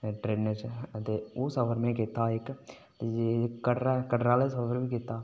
ट्रेना च अऊं सफर में कीता इक ते कटरा आह्ला सफर बी कीता